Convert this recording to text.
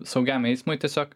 saugiam eismui tiesiog